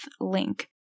Link